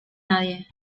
nadie